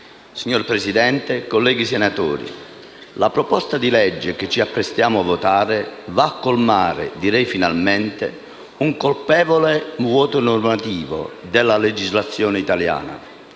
Signora Presidente, colleghi senatori, la proposta di legge che ci apprestiamo a votare va a colmare, direi finalmente, un colpevole vuoto normativo nella legislazione italiana.